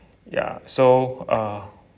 ya so uh